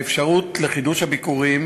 3. האפשרות של חידוש הביקורים